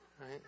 Right